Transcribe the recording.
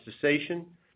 cessation